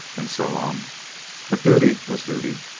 and so on but duty was duty.